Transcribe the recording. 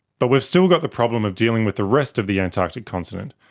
but we've still got the problem of dealing with the rest of the antarctic continent,